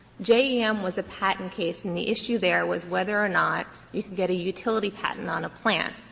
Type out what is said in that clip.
j e m. was a patent case, and the issue there was whether or not you could get a utility patent on a plant.